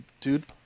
dude